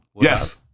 Yes